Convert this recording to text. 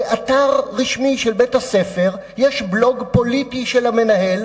באתר רשמי של בית-הספר יש בלוג פוליטי של המנהל,